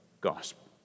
gospel